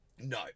No